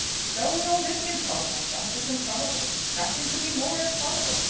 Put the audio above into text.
so was all this improbable just as improbable. nothing could be more improbable.